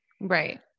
Right